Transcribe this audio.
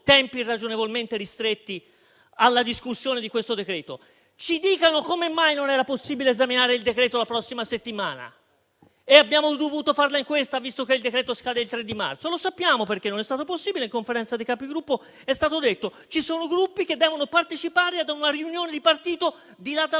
tempi irragionevolmente ristretti alla discussione di questo decreto-legge. Ci dicano come mai non era possibile esaminare il decreto-legge la prossima settimana, ma abbiamo dovuto farlo in questa, anche se il provvedimento scade il 3 marzo. Lo sappiamo: non è stato possibile perché in Conferenza dei Capigruppo è stato detto che ci sono Gruppi che devono partecipare a una riunione di partito di là